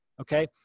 okay